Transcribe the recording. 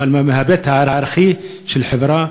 אלא גם מההיבט הערכי של החברה,